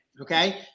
Okay